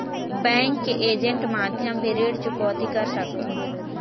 Bank के agent माध्यम भी ऋण चुकौती कर सकथों?